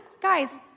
guys